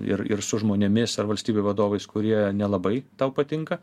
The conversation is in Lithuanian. ir ir su žmonėmis ar valstybių vadovais kurie nelabai tau patinka